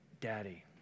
Daddy